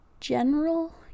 general